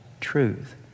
truth